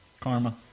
Karma